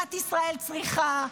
שמדינת ישראל צריכה,